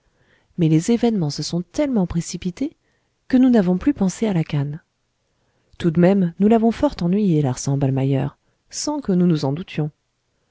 mais les événements se sont précipités et nous n'avons plus pensé à la canne tout de même nous l'avons fort ennuyé larsanballmeyer sans que nous nous en doutions